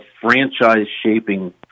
franchise-shaping